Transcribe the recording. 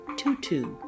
tutu